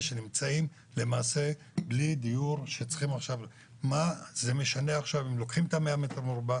שנמצאים למעשה בלי דיור - מה זה משנה עכשיו אם לוקחים את ה-100 מ"ר,